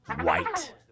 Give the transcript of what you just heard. white